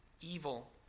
evil